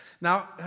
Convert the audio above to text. Now